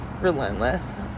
relentless